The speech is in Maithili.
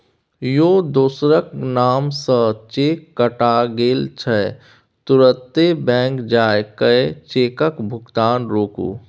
यौ दोसरक नाम सँ चेक कटा गेल छै तुरते बैंक जाए कय चेकक भोगतान रोकु